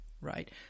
right